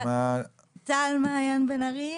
טל מעיין בן ארי,